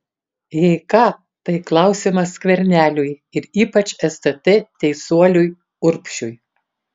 jei ką tai klausimas skverneliui ir ypač stt teisuoliui urbšiui